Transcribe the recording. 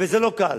וזה לא קל,